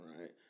right